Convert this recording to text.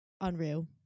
unreal